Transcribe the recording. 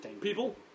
people